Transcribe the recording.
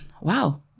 Wow